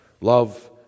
Love